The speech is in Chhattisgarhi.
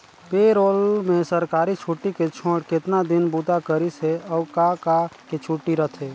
पे रोल में सरकारी छुट्टी के छोएड़ केतना दिन बूता करिस हे, अउ का का के छुट्टी रथे